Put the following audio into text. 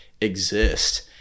exist